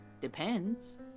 Depends